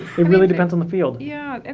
really depends on the field. yeah, and